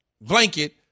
blanket